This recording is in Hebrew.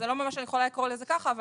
לא ממש אני יכולה לקרוא לזה ככה,